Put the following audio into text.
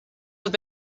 have